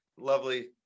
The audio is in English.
lovely